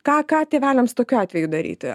ką ką tėveliams tokiu atveju daryti